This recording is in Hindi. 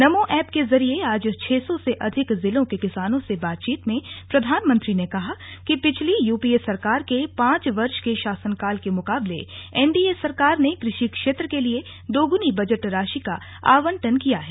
नमो ऐप के जरिये आज छह सौ से अधिक जिलों के किसानों से बातचीत में प्रधानमंत्री ने कहा कि पिछली यू पी ए सरकार के पांच वर्ष के शासनकाल के मुकाबले एन डी ए सरकार ने कृषि क्षेत्र के लिए दोगुनी बजट राशि का आवंटन किया है